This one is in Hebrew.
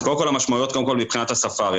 אז קודם כול, המשמעויות מבחינת הספארי.